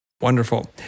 Wonderful